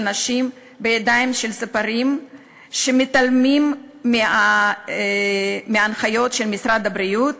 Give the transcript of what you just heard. נשים בידיים של ספרים שמתעלמים מההנחיות של משרד הבריאות